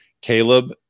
Caleb